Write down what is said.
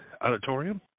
Auditorium